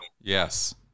yes